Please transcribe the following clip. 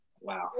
Wow